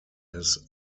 his